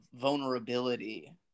vulnerability